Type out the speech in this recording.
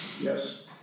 Yes